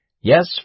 Yes